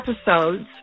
episodes